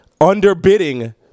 underbidding